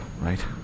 right